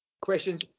questions